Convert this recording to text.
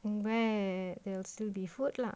where there will still be food lah